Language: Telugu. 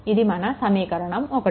ఇది మన సమీకరణం 1